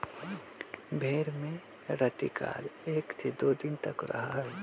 भेंड़ में रतिकाल एक से दो दिन रहा हई